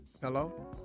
Hello